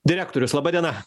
direktorius laba diena